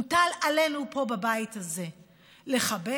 מוטל עלינו פה בבית הזה לחבק,